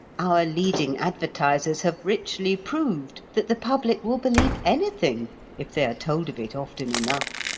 our leading advertisers have richly proved that the public will believe anything if they are told of it often enough.